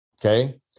okay